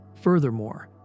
Furthermore